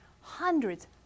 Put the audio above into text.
hundreds